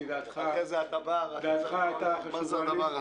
כי דעתך הייתה חשובה לי.